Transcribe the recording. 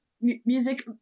Music